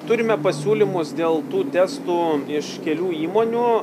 turime pasiūlymus dėl tų testų iš kelių įmonių